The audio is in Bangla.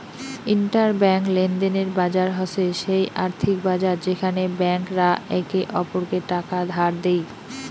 ইন্টার ব্যাঙ্ক লেনদেনের বাজার হসে সেই আর্থিক বাজার যেখানে ব্যাংক রা একে অপরকে টাকা ধার দেই